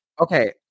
Okay